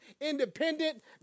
Independent